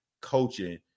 coaching